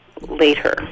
later